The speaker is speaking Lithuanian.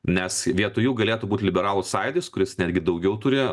nes vietoj jų galėtų būt liberalų sąjūdis kuris netgi daugiau turi